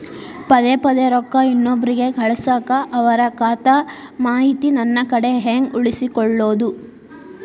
ಪದೆ ಪದೇ ರೊಕ್ಕ ಇನ್ನೊಬ್ರಿಗೆ ಕಳಸಾಕ್ ಅವರ ಖಾತಾ ಮಾಹಿತಿ ನನ್ನ ಕಡೆ ಹೆಂಗ್ ಉಳಿಸಿಕೊಳ್ಳೋದು?